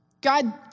God